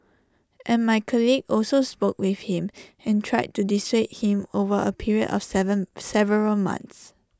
and my colleagues also spoke with him and tried to dissuade him over A period of Seven several months